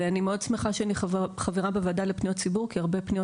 ואני מאוד שמחה שאני חברה בוועדה לפניות הציבור כי הרבה פניות